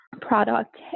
product